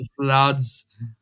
floods